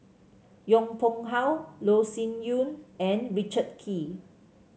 Yong Pung How Loh Sin Yun and Richard Kee